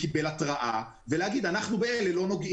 כי הם הרי יודעים מי התקרב לסף המסגרת שלו ולומר שבאלה לא נוגעים.